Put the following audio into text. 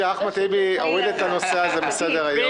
אני